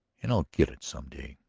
and i'll get it some day.